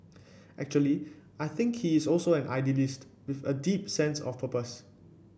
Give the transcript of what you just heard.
actually I think he is also an idealist with a deep sense of purpose